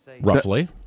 Roughly